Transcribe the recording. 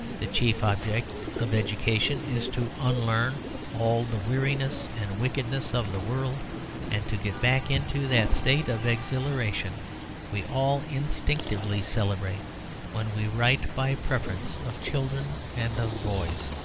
the chief object of education is to unlearn all the weariness and wickedness of the world and to get back into that state of exhilaration we all instinctively celebrate when we write by preference of children and of boys.